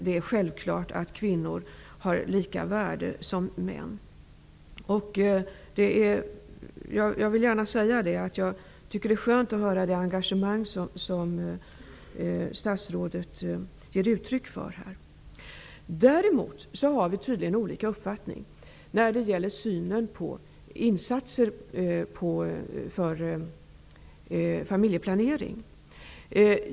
Det är självklart att kvinnor har samma värde som män. Jag tycker att det är skönt att höra statsrådet ge uttryck för så stort engagemang. Däremot har vi tydligen olika uppfattning när det gäller synen på insatser för familjeplanering.